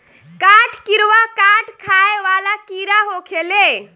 काठ किड़वा काठ खाए वाला कीड़ा होखेले